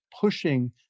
pushing